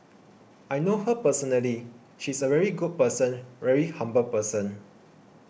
I know her personally she's a very good person very humble person